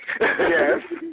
Yes